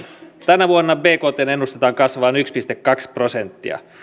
tänä vuonna bktn ennustetaan kasvavan yksi pilkku kaksi prosenttia